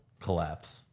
collapse